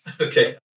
Okay